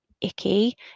icky